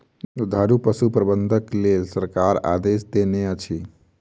दुधारू पशु प्रबंधनक लेल सरकार आदेश देनै अछि